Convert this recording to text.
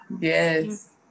Yes